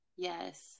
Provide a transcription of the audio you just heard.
Yes